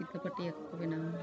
ᱠᱤᱛᱟᱹ ᱯᱟᱹᱴᱭᱟᱹ ᱠᱚᱠᱚ ᱵᱮᱱᱟᱣᱟ